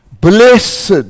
Blessed